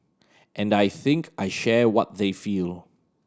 and I think I share what they feel